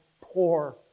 Poor